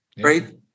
Right